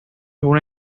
una